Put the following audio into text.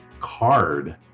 card